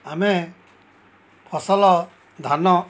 ଆମେ ଫସଲ ଧାନ